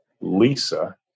Lisa